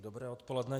Dobré odpoledne.